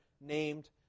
named